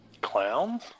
clowns